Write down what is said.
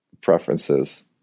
preferences